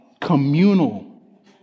communal